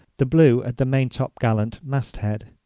the blue at the maintop-gallant mast head.